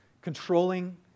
controlling